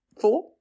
Four